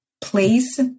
place